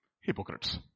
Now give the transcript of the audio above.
hypocrites